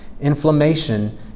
inflammation